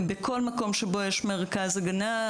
בכל מקום שבו יש מרכז הגנה,